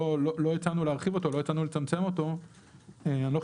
לא הצענו להרחיב אותו ולא הצענו לצמצם אותו.